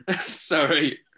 Sorry